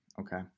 okay